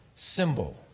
symbol